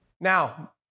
Now